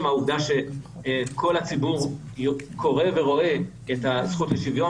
העובדה שכל הציבור קורא ורואה את הזכות לשוויון,